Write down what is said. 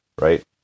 Right